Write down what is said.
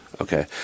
Okay